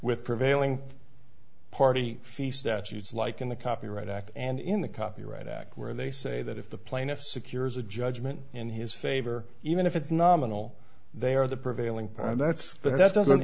with prevailing party fee statutes like in the copyright act and in the copyright act where they say that if the plaintiff secures a judgment in his favor even if it's nominal they are the prevailing power and that's that's doesn't